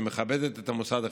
שמכבדת את המוסד החינוכי.